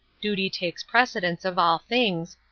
duty takes precedence of all things,